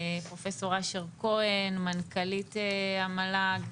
פרופסור אשר כהן, מנכ"לית המל"ג,